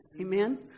Amen